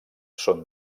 són